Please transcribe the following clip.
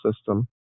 system